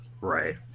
Right